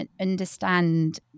understand